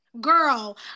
girl